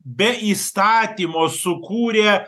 be įstatymo sukūrė